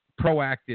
proactive